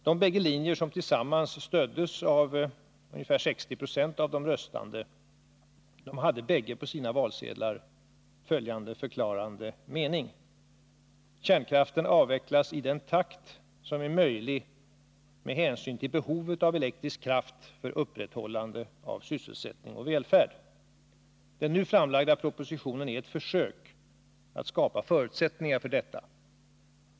De båda linjer som tillsammans stöddes av ungefär 60 20 av de röstande hade båda på sina valsedlar följande förklarande mening: ”Kärnkraften avvecklas i den takt som är möjlig med hänsyn till behovet av elektrisk kraft för upprätthållande av sysselsättning och välfärd.” Den nu framlagda propositionen är ett försök att skapa förutsättningar för detta.